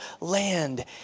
land